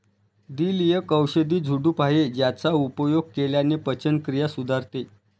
दिल एक औषधी झुडूप आहे ज्याचा उपयोग केल्याने पचनक्रिया सुधारते